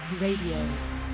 Radio